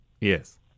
Yes